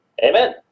Amen